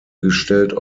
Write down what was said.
gestellt